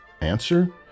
Answer